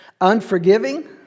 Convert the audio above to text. Unforgiving